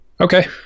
Okay